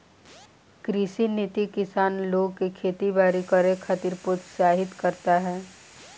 कृषि नीति किसान लोग के खेती बारी करे खातिर प्रोत्साहित करता